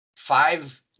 five